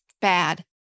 bad